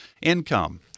income